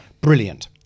Brilliant